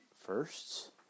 firsts